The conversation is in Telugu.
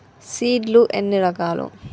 సీడ్ లు ఎన్ని రకాలు?